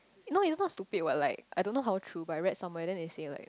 you know it's not stupid what like I don't know how true but I read somewhere then they said like